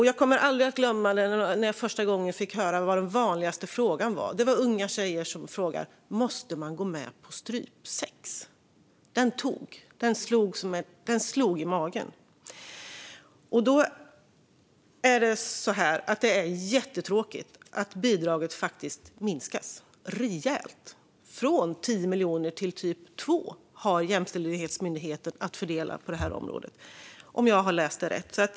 Jag kommer aldrig att glömma när jag första gången fick höra vad den vanligaste frågan till dem var. Det var unga kvinnor som frågade: Måste man gå med på strypsex? Den tog. Den slog i magen. Det är då jättetråkigt att bidraget faktiskt minskas rejält - från 10 miljoner till typ 2 miljoner som Jämställdhetsmyndigheten har att fördela på det här området, om jag har läst rätt.